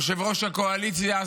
יושב-ראש הקואליציה,